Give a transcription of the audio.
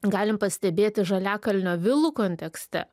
galim pastebėti žaliakalnio vilų kontekste